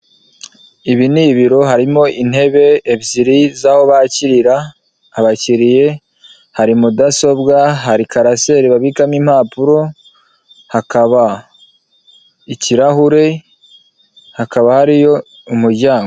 Ibi ni ibiro harimo intebe ebyiri z' aho bakira abakiriya hari mudasobwa hari karaseri babikamo impapuro hakaba ikirahure hakaba hariyo umuryango.